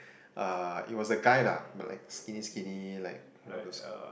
uh it was a guy lah like skinny skinny like from the